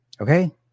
Okay